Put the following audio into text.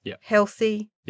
healthy